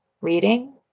Reading